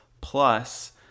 plus